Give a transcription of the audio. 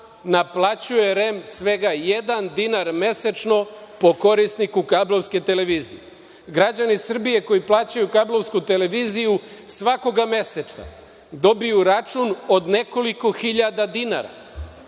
naplaćuje REM svega jedan dinar mesečno po korisniku kablovske televizije? Građani Srbije koji plaćaju kablovsku televiziju svakog meseca dobiju račun od nekoliko hiljada dinara,